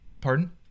Pardon